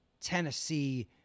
Tennessee